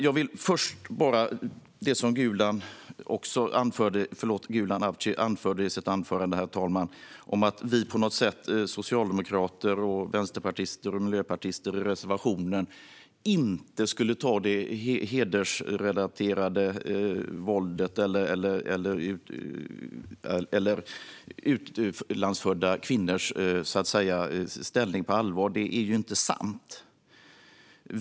Jag vill först bara ta upp det som Gulan Avci anförde i sitt anförande om att vi socialdemokrater, vänsterpartister och miljöpartister på något sätt i reservationen inte skulle ta det hedersrelaterade våldet eller utlandsfödda kvinnors ställning på allvar. Detta är inte sant.